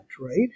right